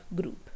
group